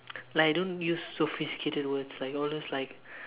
like I don't use sophisticated words like all those like